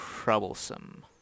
troublesome